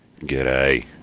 G'day